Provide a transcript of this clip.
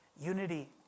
unity